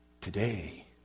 today